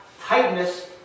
tightness